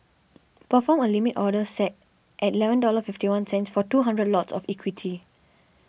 perform a Limit Order set at eleven dollar fifty one cents for two hundred lots of equity